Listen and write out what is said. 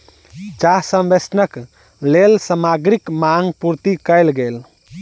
चाह संवेष्टनक लेल सामग्रीक मांग पूर्ति कयल गेल